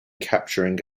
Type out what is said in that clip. capturing